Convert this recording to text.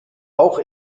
auch